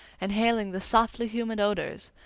inhaling the softly humid odors,